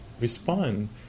respond